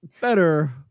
better